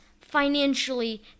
financially